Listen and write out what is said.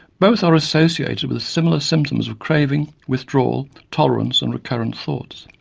both are associated with similar symptoms of craving, withdrawal, tolerance and recurrent thoughts.